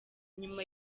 inyuma